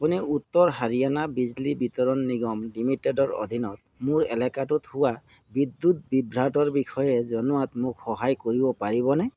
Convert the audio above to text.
আপুনি উত্তৰ হাৰিয়ানা বিজুলী বিতৰণ নিগম লিমিটেডৰ অধীনত মোৰ এলেকাটোত হোৱা বিদ্যুৎ বিভ্ৰান্তৰ বিষয়ে জনোৱাত মোক সহায় কৰিব পাৰিবনে